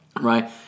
right